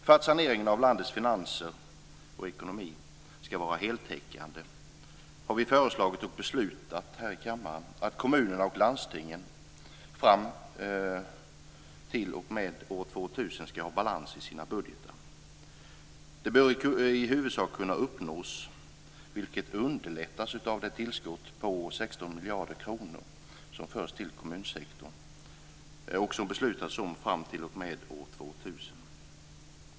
För att saneringen av landets finanser och ekonomi skall vara heltäckande har vi föreslagit och beslutat här i kammaren att kommunerna och landstingen till år 2000 skall ha balans i sina budgetar. Det bör i huvudsak kunna uppnås. Det underlättas av det beslut om tillskott på 16 miljarder kronor som förs till kommunsektorn t.o.m. år 2000.